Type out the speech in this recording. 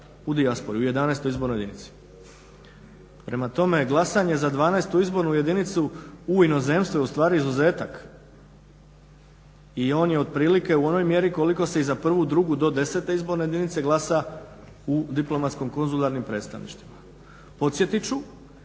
u dijaspori u 11.izbornoj jedinici. Prema tome glasanje za 12.izbornu jedinicu u inozemstvu je ustvari izuzetak i on je otprilike u onoj mjeri koliko se i za prvu, drugu do desete izborne jedinice glasa u diplomatsko-konzularnim predstavništvima. Podsjetit ću,